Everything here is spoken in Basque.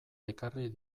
ekarri